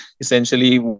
essentially